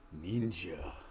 Ninja